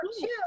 two